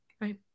Right